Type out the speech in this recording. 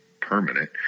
permanent